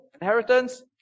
inheritance